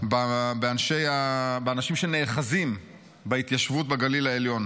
באנשים שנאחזים בהתיישבות בגליל העליון.